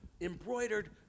embroidered